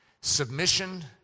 submission